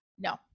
No